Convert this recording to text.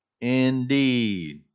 indeed